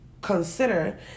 consider